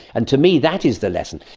and to me, that is the lesson.